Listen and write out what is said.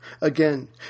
Again